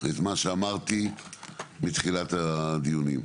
מה שאמרתי מתחילת הדיונים.